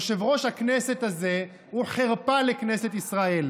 יושב-ראש הכנסת הזה הוא חרפה לכנסת ישראל.